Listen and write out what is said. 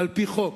על-פי חוק.